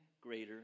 greater